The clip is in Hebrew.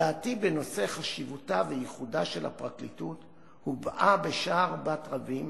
דעתי בנושא חשיבותה וייחודה של הפרקליטות הובעה בשער בת רבים